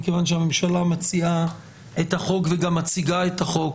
מכיוון שהממשלה מציעה את הצעת החוק וגם מציגה את הצעת החוק,